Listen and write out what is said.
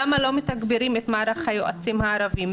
למה לא מתגברים את מערך היועצים הערביים.